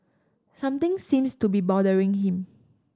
something seems to be bothering him